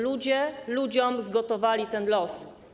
Ludzie ludziom zgotowali ten los˝